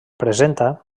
presenta